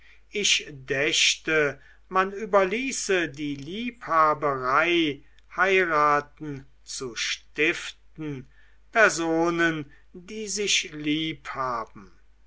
ich dächte man überließe die liebhaberei heiraten zu stiften personen die sich lieb haben